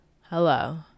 Hello